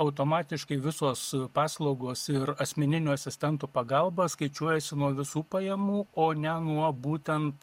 automatiškai visos paslaugos ir asmeninių asistentų pagalba skaičiuojasi nuo visų pajamų o ne nuo būtent